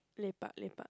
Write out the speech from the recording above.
lepak lepak